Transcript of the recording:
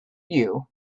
you